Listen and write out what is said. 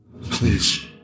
Please